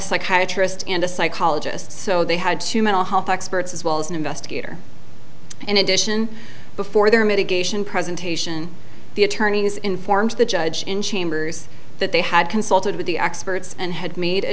psychiatrist and a psychologist so they had two mental health experts as well as an investigator in addition before their mitigation presentation the attorneys informed the judge in chambers that they had consulted with the experts and had made a